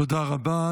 תודה רבה.